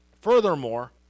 Furthermore